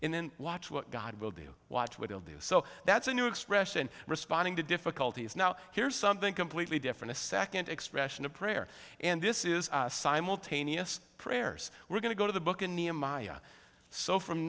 and then watch what god will do watch we'll do so that's a new expression responding to difficulties now here's something completely different a second expression of prayer and this is simultaneous prayers we're going to go to the book in nehemiah so from